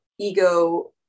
ego